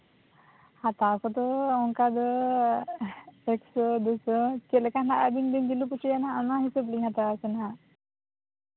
ᱦᱟᱛᱟᱣ ᱠᱚᱫᱚ ᱚᱱᱠᱟ ᱫᱚ ᱮᱠᱥᱚ ᱫᱩ ᱥᱚ ᱪᱮᱫ ᱞᱮᱠᱟ ᱦᱟᱸᱜ ᱟᱹᱵᱤᱱ ᱵᱤᱱ ᱡᱩᱞᱩᱯ ᱦᱚᱪᱚᱭᱟ ᱦᱟᱸᱜ ᱚᱱᱟ ᱦᱤᱥᱟᱹᱵ ᱞᱤᱧ ᱦᱟᱛᱟᱣᱟ ᱦᱟᱸᱜ